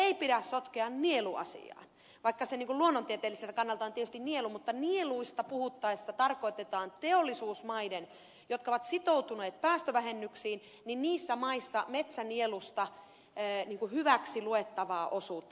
sitä ei pidä sotkea nieluasiaan vaikka se luonnontieteelliseltä kannalta on tietysti nielu mutta nieluista puhuttaessa tarkoitetaan teollisuusmaissa jotka ovat sitoutuneet päästövähennyksiin metsänielusta hyväksi luettavaa osuutta